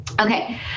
Okay